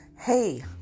Hey